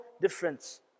difference